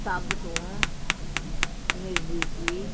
ਸਭ ਤੋਂ ਨਜ਼ਦੀਕੀ